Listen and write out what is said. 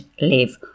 live